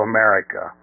America